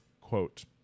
quote